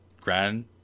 grand